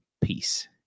Peace